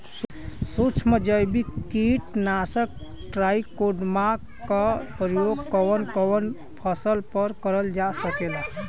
सुक्ष्म जैविक कीट नाशक ट्राइकोडर्मा क प्रयोग कवन कवन फसल पर करल जा सकेला?